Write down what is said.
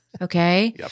Okay